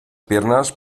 piernas